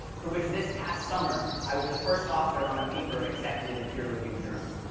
for which this past summer i was the first author on a paper accepted in a peer-reviewed journal.